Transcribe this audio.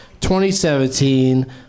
2017